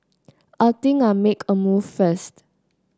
I think I'll make a move first